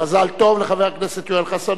מזל טוב לחבר הכנסת יואל חסון,